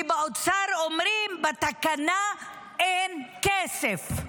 כי באוצר אומרים: בתקנה אין כסף.